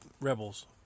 rebels